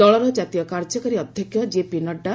ଦଳର ଜାତୀୟ କାର୍ଯ୍ୟକାରୀ ଅଧ୍ୟକ୍ଷ କେପି ନଡ଼ୁ